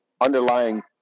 underlying